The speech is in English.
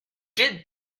did